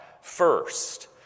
First